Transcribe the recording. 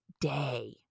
day